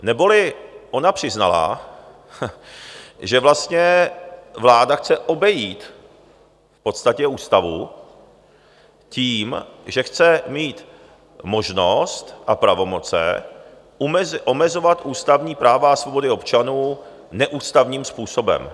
Neboli ona přiznala, že vlastně vláda chce obejít v podstatě ústavu tím, že chce mít možnost a pravomoce omezovat ústavní práva a svobody občanů neústavním způsobem.